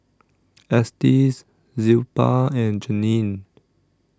Estes Zilpah and Janine